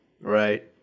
right